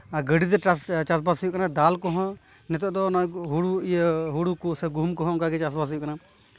ᱟᱨ ᱜᱟᱹᱰᱤ ᱛᱮ ᱪᱟᱥ ᱪᱟᱥᱵᱟᱥ ᱦᱩᱭᱩᱜ ᱠᱟᱱᱟ ᱫᱟᱞ ᱠᱚᱦᱚᱸ ᱱᱤᱛᱳᱜ ᱫᱚ ᱱᱚᱣᱟ ᱦᱩᱲᱩ ᱤᱭᱟᱹ ᱦᱩᱲᱩ ᱠᱚ ᱥᱮ ᱜᱩᱦᱩᱢ ᱠᱚᱦᱚᱸ ᱚᱱᱠᱟ ᱜᱮ ᱪᱟᱥᱵᱟᱥ ᱦᱩᱭᱩᱜ ᱠᱟᱱᱟ